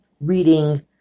reading